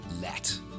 Let